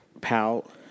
pout